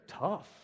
tough